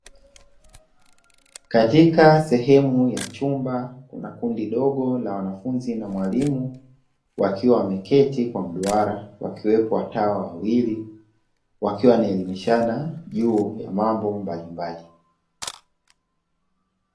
Katika sehemu ya chumba kuna kundi dogo la wanafunzi na mwalimu, wakiwa wameketi kwa mduara wakiwepo watawa wawili, wakiwa wanaelimishana juu ya mambo mbalimbali